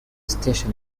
station